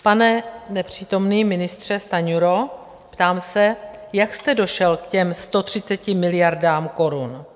Pane nepřítomný ministře Stanjuro, ptám se, jak jste došel k těm 130 miliardám korun?